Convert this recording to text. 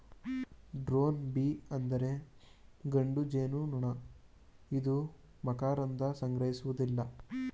drone bee ಅಂದರೆ ಗಂಡು ಜೇನುನೊಣ ಇದು ಮಕರಂದ ಸಂಗ್ರಹಿಸುವುದಿಲ್ಲ